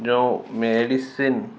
ଯେଉଁ ମେଡ଼ିସିନ